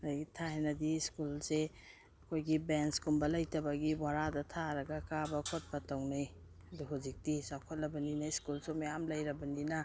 ꯑꯗꯒꯤ ꯊꯥꯏꯅꯗꯤ ꯁ꯭ꯀꯨꯜꯁꯦ ꯑꯩꯈꯣꯏꯒꯤ ꯕꯦꯟꯁꯀꯨꯝꯕ ꯂꯩꯇꯕꯒꯤ ꯕꯣꯔꯥꯗ ꯊꯥꯔꯒ ꯀꯥꯕ ꯈꯣꯠꯄ ꯇꯧꯅꯩ ꯑꯗꯨ ꯍꯧꯖꯤꯛꯇꯤ ꯆꯥꯎꯈꯠꯂꯕꯅꯤꯅ ꯁ꯭ꯀꯨꯜꯁꯨ ꯃꯌꯥꯝ ꯂꯩꯔꯕꯅꯤꯅ